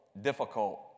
difficult